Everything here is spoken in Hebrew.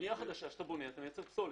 במהלך הבנייה אתה מייצר פסולת.